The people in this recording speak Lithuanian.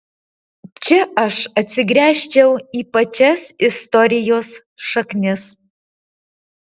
čia aš atsigręžčiau į pačias istorijos šaknis